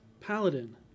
Paladin